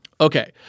Okay